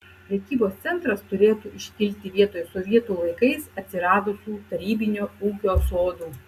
prekybos centras turėtų iškilti vietoj sovietų laikais atsiradusių tarybinio ūkio sodų